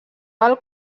pel